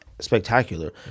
Spectacular